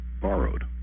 borrowed